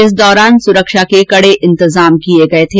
इस दौरान सुरक्षा के कड़े इंतजाम किए गए थे